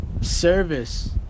service